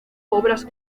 obras